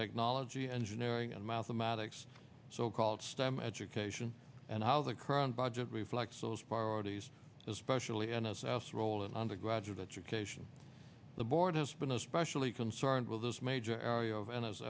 technology engineering and mathematics so called stem education and how the current budget reflects those priorities especially n s s role in undergraduate education the board has been especially concerned with this major area of and as